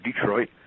Detroit